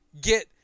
get